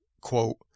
Quote